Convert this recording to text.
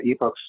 ebooks